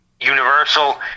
Universal